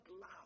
loud